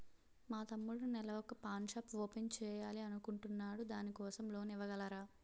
మా తమ్ముడు నెల వొక పాన్ షాప్ ఓపెన్ చేయాలి అనుకుంటునాడు దాని కోసం లోన్ ఇవగలరా?